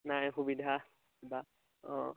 নাই সুবিধা বা অঁ